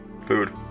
food